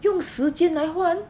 用时间来换